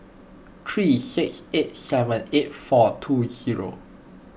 three six eight seven eight four two zero